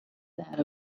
that